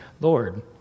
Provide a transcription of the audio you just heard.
Lord